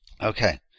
Okay